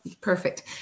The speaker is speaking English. Perfect